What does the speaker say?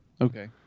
Okay